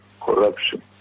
corruption